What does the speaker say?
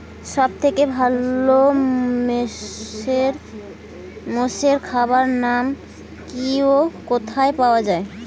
সব থেকে ভালো মোষের খাবার নাম কি ও কোথায় পাওয়া যায়?